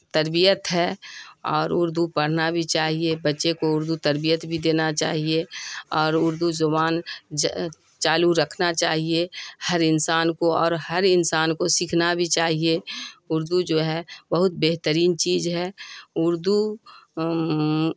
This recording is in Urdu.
تربیت ہے اور اردو پڑھنا بھی چاہیے بچے کو اردو تربیت بھی دینا چاہیے اور اردو زبان چالو رکھنا چاہیے ہر انسان کو اور ہر انسان کو سیکھنا بھی چاہیے اردو جو ہے بہت بہترین چیز ہے اردو